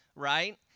Right